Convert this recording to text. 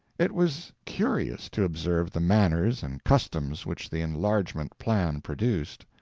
it was curious to observe the manners and customs which the enlargement plan produced.